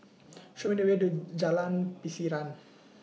Show Me The Way to Jalan Pasiran